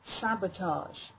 sabotage